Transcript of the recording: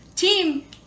Team